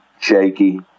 shaky